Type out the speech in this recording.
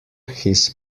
his